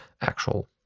actual